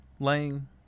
Laying